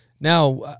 Now